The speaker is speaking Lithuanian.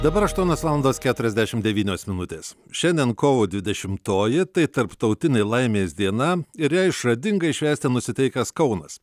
dabar aštuonios valandos keturiasdešim devynios minutės šiandien kovo dvidešimtoji tai tarptautinė laimės diena ir ją išradingai švęsti nusiteikęs kaunas